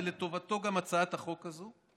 ולטובתו גם הצעת החוק הזו,